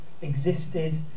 existed